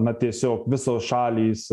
na tiesiog visos šalys